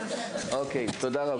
הישיבה ננעלה